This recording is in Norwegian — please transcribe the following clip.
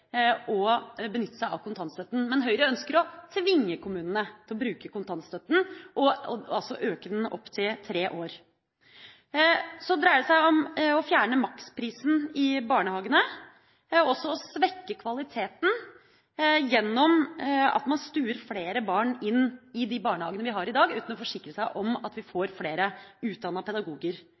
å benytte seg av kontantstøtta. Men Høyre ønsker å tvinge kommunene til å bruke kontantstøtta og øke den opp til tre år. Det dreier seg om å fjerne maksprisen i barnehagene og også å svekke kvaliteten, ved å stue flere barn inn i de barnehagene vi har i dag, uten å forsikre seg om at vi får flere utdanna pedagoger.